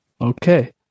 Okay